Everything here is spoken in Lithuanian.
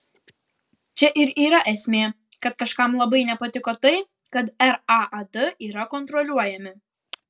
čia ir yra esmė kad kažkam labai nepatiko tai kad raad yra kontroliuojami